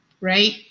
right